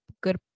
good